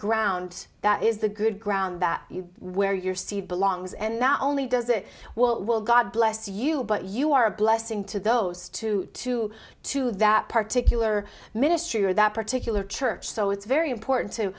ground that is the good ground that you where your seed belongs and not only does it well god bless you but you are a blessing to those two to two that particular ministry or that particular church so it's very important to